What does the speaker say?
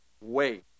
wait